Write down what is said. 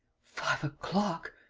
five o'clock!